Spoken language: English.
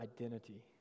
identity